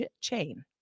chain